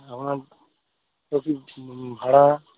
আপনার প্রতি ভাড়া